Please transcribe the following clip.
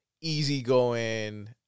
easygoing